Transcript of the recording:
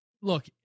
Look